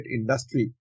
industry